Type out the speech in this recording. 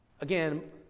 Again